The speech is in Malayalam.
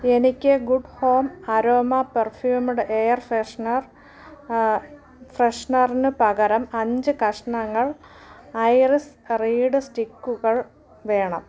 എനിക്ക് good home aroma perfumed air freshener ഫ്രഷ്നറിനുപകരം അഞ്ച് കഷണങ്ങൾ ഐറിസ് റീഡ് സ്റ്റിക്കുകൾ വേണം